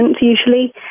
usually